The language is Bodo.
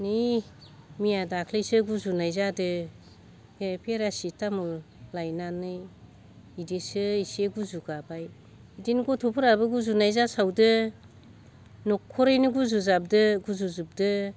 नै मोया दाख्लैसो गुजुनाय जादों बे पेरासिटामुल लायनानै दिदिसो एसे गुजुगाबाय जों गथ'फोराबो गुजुनाय जासावदों नखरैनो गुजुजाबदों गुजुजोबदों